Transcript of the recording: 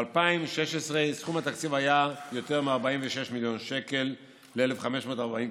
ב-2016 סכום התקציב היה יותר מ-46 מיליון שקל ל-1,540 כיתות,